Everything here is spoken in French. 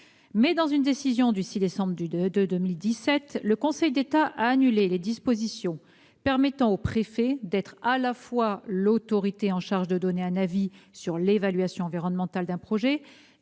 dans une décision du 6 décembre 2017, le Conseil d'État a annulé les dispositions permettant aux préfets d'être à la fois l'autorité chargée de donner un avis sur l'évaluation environnementale d'un projet